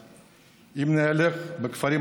8 באוגוסט 2018. אני מתכבד לפתוח את ישיבת הכנסת.